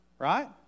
Right